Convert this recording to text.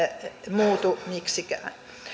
muutu miksikään